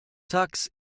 tux